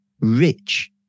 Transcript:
rich